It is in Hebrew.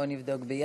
בוא נבדוק ביחד.